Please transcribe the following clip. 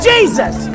Jesus